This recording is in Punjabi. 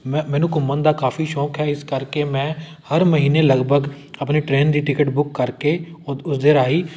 ਮੈਂ ਮੈਨੂੰ ਘੁੰਮਣ ਦਾ ਕਾਫੀ ਸ਼ੌਂਕ ਹੈ ਇਸ ਕਰਕੇ ਮੈਂ ਹਰ ਮਹੀਨੇ ਲਗਭਗ ਆਪਣੇ ਟਰੇਨ ਦੀ ਟਿਕਟ ਬੁੱਕ ਕਰਕੇ ਉ ਉਸਦੇ ਰਾਹੀਂ